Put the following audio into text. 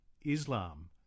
Islam